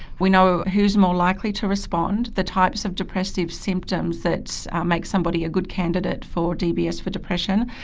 we know who is more likely to respond, the types of depressive symptoms that make somebody a good candidate for dbs for depression,